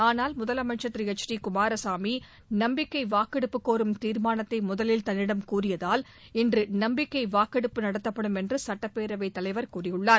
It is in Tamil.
ஆனால் முதலமைச்சர் திரு எச் டி குமாரசாமி நம்பிக்கை வாக்கெடுப்பு கோரும் தீர்மானத்தை முதலில் தன்னிடம் கூறியதால் இன்று நம்பிக்கை வாக்கெடுப்பு நடத்தப்படும் என்று சட்டப்பேரவை தலைவர் கூறியுள்ளார்